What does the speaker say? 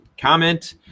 comment